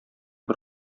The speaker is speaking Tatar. бер